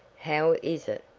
how is it,